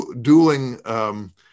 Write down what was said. dueling